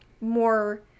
more